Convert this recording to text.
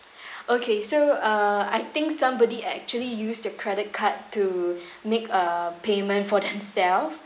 okay so uh I think somebody actually used your credit card to make a payment for themselves